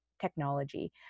technology